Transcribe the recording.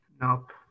Nope